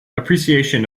appreciation